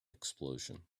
explosion